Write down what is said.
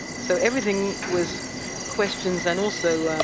so everything was questions and also,